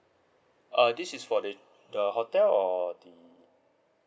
uh this is for the the hotel or the